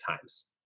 times